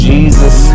Jesus